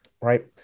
Right